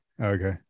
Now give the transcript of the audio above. okay